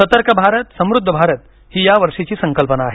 सर्तक भारत समृध्द भारत ही या वर्षीची संकल्पना आहे